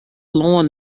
lân